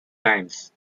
times